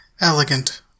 elegant